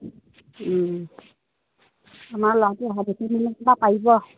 তোমাৰ ল'ৰা পাৰিব